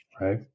right